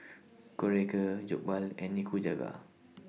Korokke Jokbal and Nikujaga